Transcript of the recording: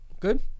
Good